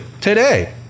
today